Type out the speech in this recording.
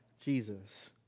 Jesus